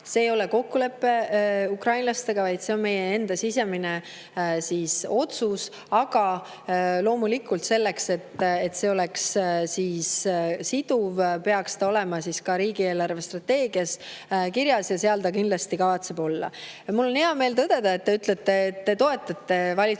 See ei ole kokkulepe ukrainlastega, vaid see on meie enda sisemine otsus. Aga loomulikult selleks, et see oleks siduv, peaks see olema ka riigi eelarvestrateegias kirjas, ja sinna see kindlasti kavatsetakse [panna]. Mul on hea meel, et te ütlesite, et te toetate valitsuse